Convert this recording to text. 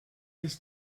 his